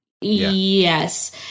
Yes